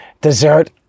Dessert